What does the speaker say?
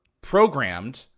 programmed